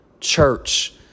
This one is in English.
church